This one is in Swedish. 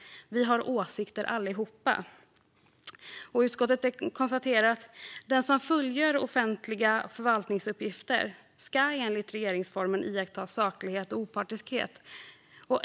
Vi har åsikter allihopa." Utskottet konstaterar: "Den som fullgör offentliga förvaltningsuppgifter ska iaktta saklighet och opartiskhet, det följer av 1 kap. 9 § regeringsformen."